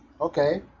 Okay